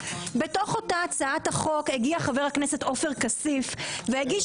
בתוך אותה הצעת החוק הגיע חבר הכנסת עופר כסיף והגיש